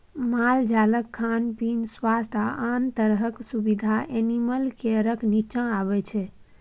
मालजालक खान पीन, स्वास्थ्य आ आन तरहक सुबिधा एनिमल केयरक नीच्चाँ अबै छै